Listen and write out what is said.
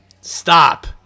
Stop